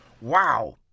wow